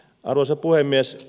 arvoisa puhemies